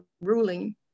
ruling